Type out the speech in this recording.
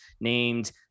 named